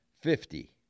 Fifty